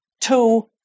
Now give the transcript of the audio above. Two